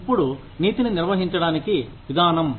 ఇప్పుడు నీతిని నిర్వహించడానికి విధానం